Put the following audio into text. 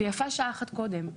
ויפה שעה אחת קודם.